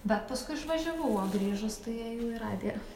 bet paskui išvažiavau o grįžus tai ėjau į radiją